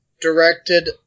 directed